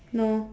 no